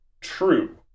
true